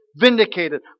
vindicated